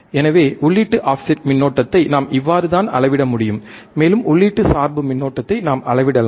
எனவே உள்ளீட்டு ஆஃப்செட் மின்னோட்டத்தை நாம் இவ்வாறுதான் அளவிட முடியும் மேலும் உள்ளீட்டு சார்பு மின்னோட்டத்தை நாம் அளவிடலாம்